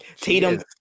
Tatum